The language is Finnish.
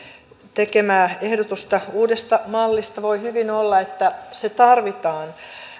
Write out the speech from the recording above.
tekemää ehdotusta uudesta mallista voi hyvin olla että se tarvitaan